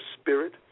spirit